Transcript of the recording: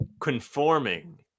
conforming